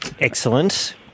Excellent